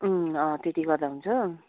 उम् अँ त्यति गर्दा हुन्छ